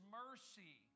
mercy